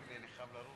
נתקבלה.